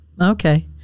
Okay